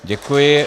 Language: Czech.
Děkuji.